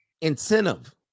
incentive